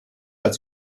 als